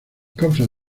causas